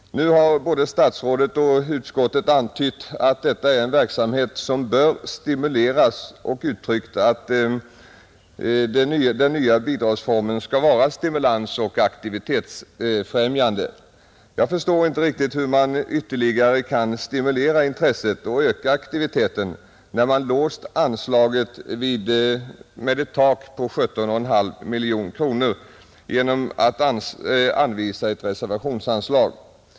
Nu har både statsrådet och utskottet antytt att detta är en verksamhet som bör stimuleras och uttryckt att den nya bidragsformen skall vara aktivitetsfrämjande, Jag förstår inte riktigt hur man ytterligare kan stimulera intresset och öka aktiviteten när man låst anslaget med ett tak på 17,5 miljoner kronor genom att anvisa ett reservationsanslag.